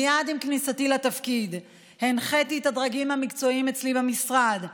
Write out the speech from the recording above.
מייד עם כניסתי לתפקיד הנחיתי את הדרגים המקצועיים אצלי במשרד,